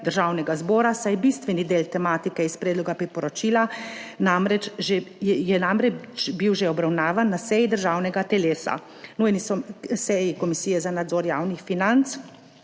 Državnega zbora, saj je bistveni del tematike iz predloga priporočila namreč že, je namreč bil že obravnavan na seji državnega telesa, nujni seji Komisije za nadzor javnih financ.